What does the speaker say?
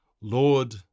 Lord